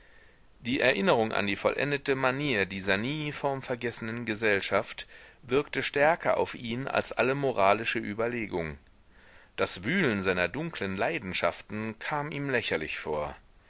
die erinnerung an die vollendete manier dieser nie formvergessenen gesellschaft wirkte stärker auf ihn als alle moralische überlegung das wühlen seiner dunklen leidenschaften kam ihm lächerlich vor